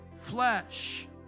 flesh